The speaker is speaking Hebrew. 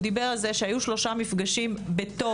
הוא דיבר על זה שהיו שלושה מפגשים בתוך